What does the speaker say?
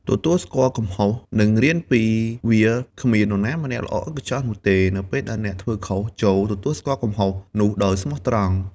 ទទួលស្គាល់កំហុស និងរៀនពីវាគ្មាននរណាម្នាក់ល្អឥតខ្ចោះនោះទេ។ នៅពេលអ្នក ធ្វើខុស ចូរ ទទួលស្គាល់កំហុស នោះដោយស្មោះត្រង់ ។